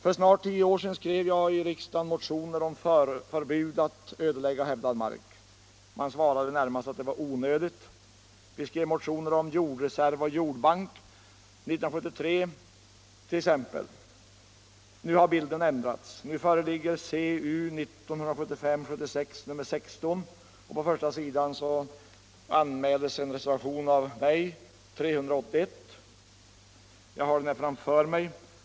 För snart tio år sedan skrev jag i riksdagen motioner om förbud mot att ödelägga hävdad mark. Man svarade närmast att det var onödigt. Vi skrev motioner om jordreserv och jordbank, t.ex. 1973. Nu har bilden ändrats. Nu föreligger CU 1975/76:16. På första sidan anmäls en motion av mig, nr 381. Jag har den här framför mig.